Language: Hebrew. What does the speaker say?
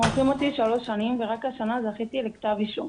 מורחים אותי שלוש שנים ורק השנה זכיתי לכתב אישום.